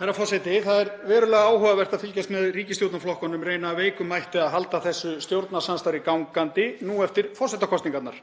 Herra forseti. Það er verulega áhugavert að fylgjast með ríkisstjórnarflokkunum reyna af veikum mætti að halda þessu stjórnarsamstarfi gangandi nú eftir forsetakosningarnar.